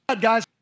guys